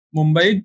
Mumbai